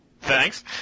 Thanks